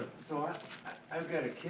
so i've got a